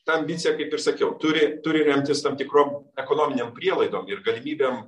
ta ambicija kaip ir sakiau turi turi remtis tam tikrom ekonominėm prielaidom ir galimybėm